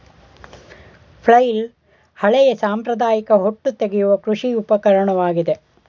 flail ಹಳೆಯ ಸಾಂಪ್ರದಾಯಿಕ ಹೊಟ್ಟು ತೆಗೆಯುವ ಕೃಷಿ ಉಪಕರಣವಾಗಿದೆ